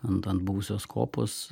ant ant buvusios kopos